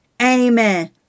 Amen